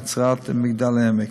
נצרת ומגדל-העמק.